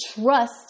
trust